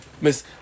Miss